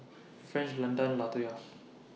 French Landan Latoya